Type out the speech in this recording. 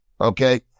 okay